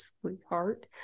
sweetheart